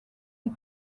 des